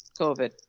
COVID